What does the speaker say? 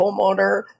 homeowner